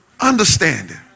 understanding